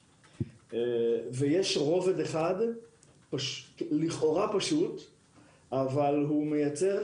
יש רובד אחד שהוא לכאורה פשוט אבל הוא מייצר